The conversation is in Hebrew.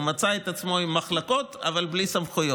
הוא מצא את עצמו עם מחלקות, אבל בלי סמכויות.